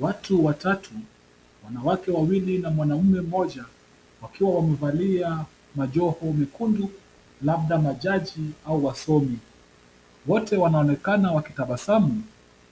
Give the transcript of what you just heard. Watu watatu wanawake wawili na mwanamume mmoja wakiwa wamevalia majoho mekundu labda majai au wasomi, wote wanaonekana wakitabasamu